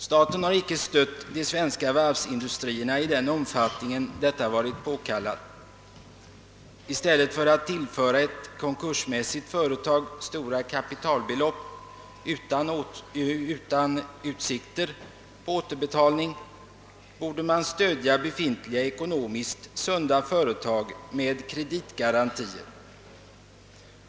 Staten har icke stött de svenska varven i den omfattning detta varit påkallat. I stället för att tillföra ett konkursmässigt företag stora kapitalbelopp utan utsikt till att erhålla återbetalning borde man stödja befintliga ekonomiskt sunda företag med kreditgarantier.